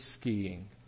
skiing